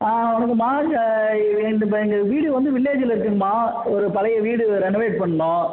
ஆ வணக்கம்மா இங்கே எங்கள் வீடு வந்து வில்லேஜில் இருக்குமா ஒரு பழைய வீடு ரெனவேட் பண்ணும்